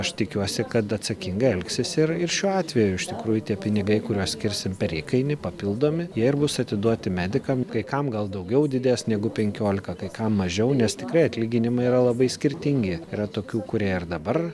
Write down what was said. aš tikiuosi kad atsakingai elgsis ir ir šiuo atveju iš tikrųjų tie pinigai kuriuos skirsim per įkainį papildomi ir bus atiduoti medikam kai kam gal daugiau didesnį negu penkiolika kai kam mažiau nes tikrai atlyginimai yra labai skirtingi yra tokių kurie ir dabar